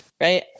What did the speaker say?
Right